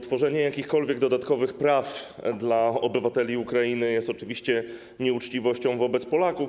Tworzenie jakichkolwiek dodatkowych praw dla obywateli Ukrainy jest oczywiście nieuczciwością wobec Polaków.